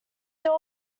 there